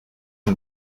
ben